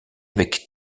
avec